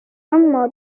امّا